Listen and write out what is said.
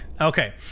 Okay